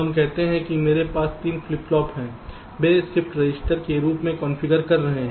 हम कहते हैं कि मेरे पास 3 फ्लिप फ्लॉप हैं वे शिफ्ट रजिस्टर के रूप में कॉन्फ़िगर कर रहे हैं